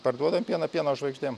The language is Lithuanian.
parduodam pieną pieno žvaigždėm